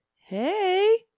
Hey